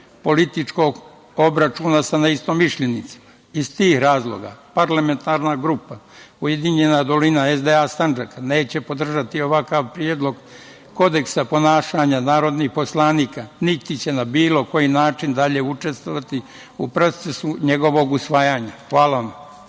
političkog obračuna sa neistomišljenicima. Iz tih razloga parlamentarna grupa Ujedinjena dolina – SDA Sandžaka neće podržati ovakav Predlog kodeksa ponašanja narodnih poslanika, niti će na bilo koji način dalje učestvovati u procesu njegovog usvajanja. Hvala vam.